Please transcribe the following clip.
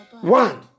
One